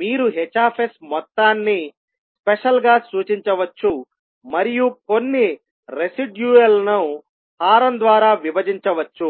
మీరు Hs మొత్తాన్ని స్పెషల్గా సూచించవచ్చు మరియు కొన్ని రెసిడ్యూయల్ లను హారం ద్వారా విభజించవచ్చు